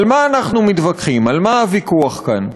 על מה אנחנו מתווכחים, על מה הוויכוח כאן?